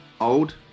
old